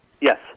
Yes